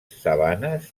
sabanes